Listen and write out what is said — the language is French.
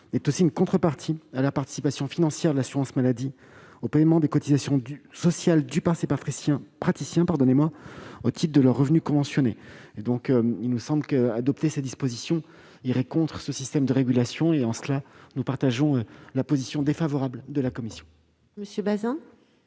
est aussi une contrepartie à la participation financière de l'assurance maladie au paiement des cotisations sociales dues par ces praticiens au titre de leurs revenus conventionnés. Il nous semble donc qu'adopter ces dispositions irait contre ce système de régulation. La parole est à M. Arnaud Bazin,